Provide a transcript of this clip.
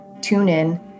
TuneIn